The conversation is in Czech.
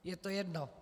Je to jedno.